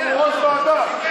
הוא ראש ועדה.